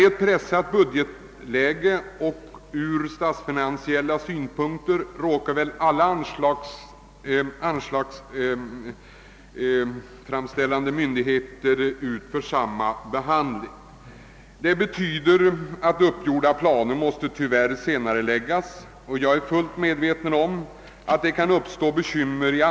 I ett pressat budgetläge råkar väl alla anslagsyrkande myndigheter ut för samma behandling. Det betyder att uppgjorda planer tyvärr måste uppskjutas. Jag är fullt medveten om att det kan medföra bekymmer.